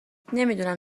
نمیدونم